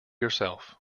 yourself